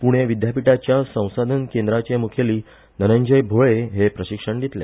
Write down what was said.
पुणे विद्यापिठाच्या संसाधन केंद्राचे मुखेली धनंजय भोळे हे प्रशिक्षण दितले